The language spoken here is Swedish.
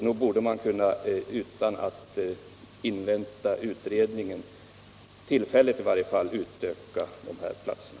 Nog borde man utan att invänta utredningen i varje fall tillfälligt kunna utöka de här platserna.